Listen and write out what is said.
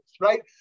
right